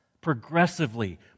progressively